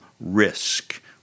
risk